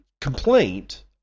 complaint